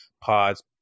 pods